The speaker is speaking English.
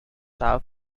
half